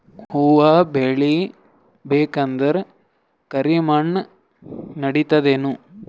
ಹುವ ಬೇಳಿ ಬೇಕಂದ್ರ ಕರಿಮಣ್ ನಡಿತದೇನು?